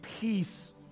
peace